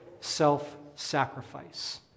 self-sacrifice